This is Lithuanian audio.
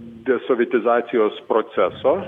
desovietizacijos proceso